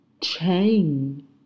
chain